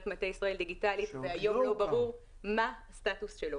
מטה ישראל דיגיטלית והיום לא ברור מה הסטטוס שלו.